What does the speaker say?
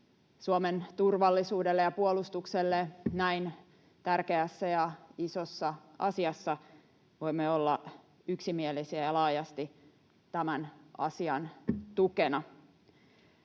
Suomen turvallisuudelle ja puolustukselle näin tärkeässä ja isossa asiassa voimme olla yksimielisiä ja laajasti tämän asian tukena.